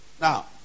Now